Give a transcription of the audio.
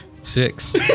Six